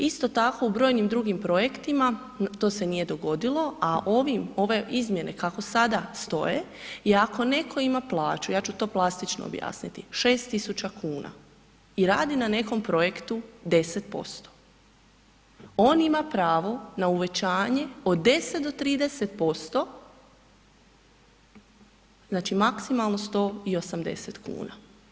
Isto tako u brojnim drugim projektima, to se nije dogodilo, a ove izmjene kako sada stoje i ako neko ima plaću, ja ću to plastično objasniti, 6.000 kuna i radi na nekom projektu 10%, on ima pravo na uvećanje od 10 do 30% znači maksimalno 180 kuna.